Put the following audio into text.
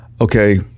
okay